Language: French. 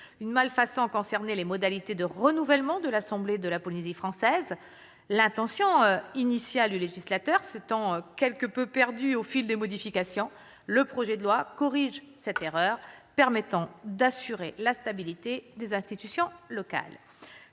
Une malfaçon avait trait aux modalités de renouvellement de l'assemblée de la Polynésie française. L'intention initiale du législateur s'étant quelque peu perdue au fil des modifications, le projet de loi corrige cette erreur, permettant d'assurer la stabilité des institutions locales.